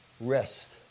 rest